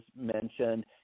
mentioned